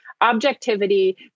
objectivity